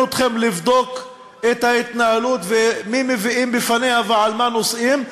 אתכם לבדוק את ההתנהלות ואת מי מביאים בפניה ומה הנושאים,